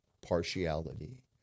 partiality